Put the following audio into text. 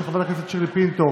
של חברת הכנסת שירלי פינטו,